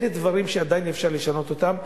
אלה דברים שעדיין אפשר לשנות אותם,